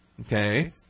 Okay